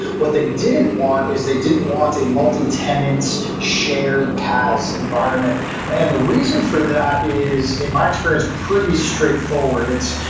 what they didn't want is they didn't want a multi tenants shared paas environment and the reason for that is in my experience, pretty straight forward.